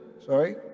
sorry